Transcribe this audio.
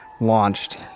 launched